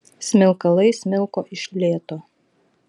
smilkalai smilko iš lėto